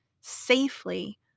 safely